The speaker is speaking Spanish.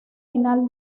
final